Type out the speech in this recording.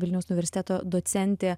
vilniaus universiteto docentė